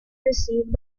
received